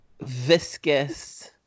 viscous